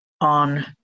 on